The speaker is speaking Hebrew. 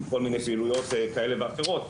עם כל מיני פעילויות כאלה ואחרות,